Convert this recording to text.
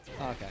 Okay